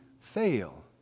fail